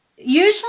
Usually